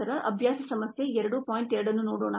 2 ಅನ್ನು ನೋಡೋಣ